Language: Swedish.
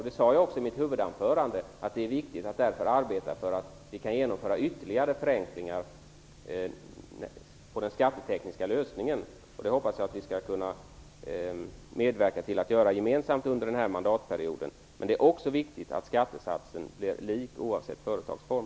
Jag sade också i mitt huvudanförande att det därför är viktigt att arbeta för ytterligare förenklingar vad gäller den skattetekniska lösningen. Det hoppas jag att vi skall kunna medverka till att göra gemensamt under denna mandatperiod. Men det är också viktigt att skattesatsen blir enhetlig oavsett företagsform.